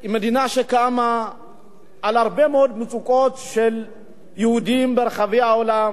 היא מדינה שקמה על הרבה מאוד מצוקות של יהודים ברחבי העולם.